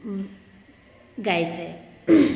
গাইছে